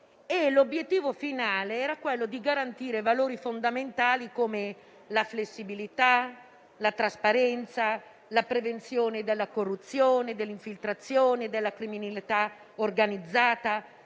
l'obiettivo finale era quello di garantire valori fondamentali come la flessibilità, la trasparenza, la prevenzione della corruzione, delle infiltrazioni della criminalità organizzata,